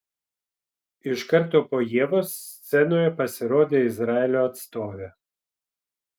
iš karto po ievos scenoje pasirodė izraelio atstovė